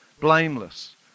blameless